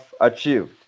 achieved